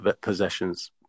possessions